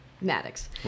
Maddox